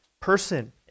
person